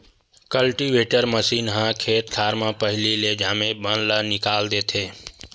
cultivator machine ह खेत खार म पहिली ले जामे बन ल निकाल देथे